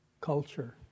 culture